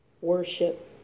Worship